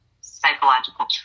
psychological